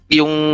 yung